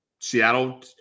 Seattle